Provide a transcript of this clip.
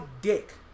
dick